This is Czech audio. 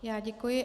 Já děkuji.